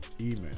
email